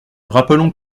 rappelons